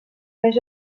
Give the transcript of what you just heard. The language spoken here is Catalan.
més